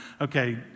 okay